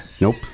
Nope